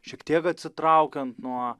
šiek tiek atsitraukiant nuo